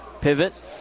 pivot